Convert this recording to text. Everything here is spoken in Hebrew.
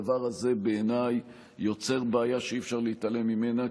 הדבר הזה יוצר בעיה שאי-אפשר להתעלם ממנה,